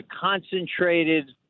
concentrated